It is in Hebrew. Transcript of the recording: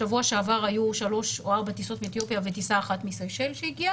בשבוע שעבר היו שלוש או ארבע טיסות מאתיופיה וטיסה אחת שהגיעה מסיישל.